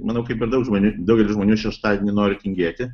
manau kaip ir daug žmonių daugelis žmonių šeštadienį noriu tingėti